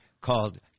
called